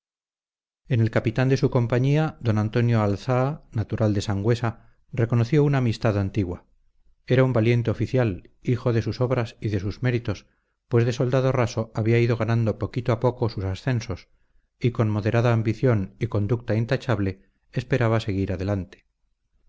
en el capitán de su compañía d antonio alzaa natural de sangüesa reconoció una amistad antigua era un valiente oficial hijo de sus obras y de sus méritos pues de soldado raso había ido ganando poquito a poco sus ascensos y con moderada ambición y conducta intachable esperaba seguir adelante